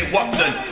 Watson